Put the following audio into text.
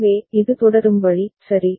எனவே இது தொடரும் வழி சரி